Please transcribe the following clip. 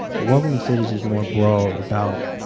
but welcoming cities is more broad about,